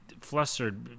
flustered